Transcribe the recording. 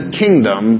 kingdom